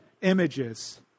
images